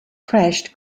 crashed